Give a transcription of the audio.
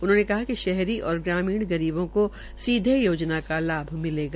उन्होंने कहा कि शहरी और ग्रामीण गरीबों को सीधे योजना का लाभ मिलेगा